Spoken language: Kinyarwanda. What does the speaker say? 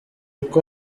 uko